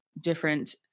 different